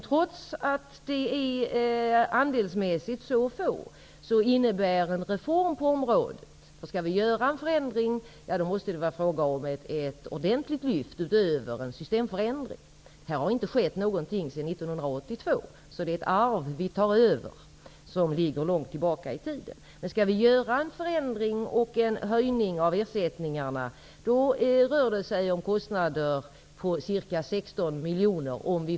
Trots att nämndemännen andelsmässigt är så få, innebär en reform på området och en höjning av ersättningarna kostnader på 16 miljoner kronor, om man följer Domstolsverkets förslag, som innehåller mycket som är positivt. Om man skall genomföra en förändring, måste det bli fråga om en ordentlig systemförändring. Här har inte skett någonting sedan 1982.